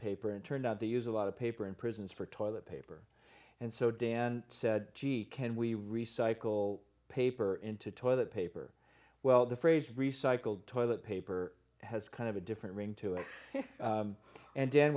paper and turned out the use a lot of paper in prisons for toilet paper and so dan said gee can we recycle paper into toilet paper well the phrase recycled toilet paper has kind of a different ring to it and then